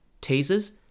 teasers